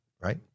right